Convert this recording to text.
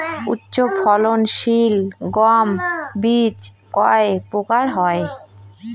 উচ্চ ফলন সিল গম বীজ কয় প্রকার হয়?